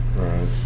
Right